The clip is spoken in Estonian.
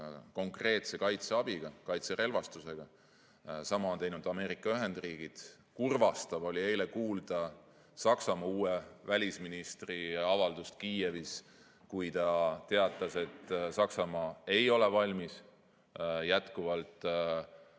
konkreetse kaitseabiga, kaitserelvastusega. Sama on teinud Ameerika Ühendriigid. Kurvastav oli eile kuulda Saksamaa uue välisministri avaldust Kiievis, kui ta teatas, et Saksamaa ei ole endiselt valmis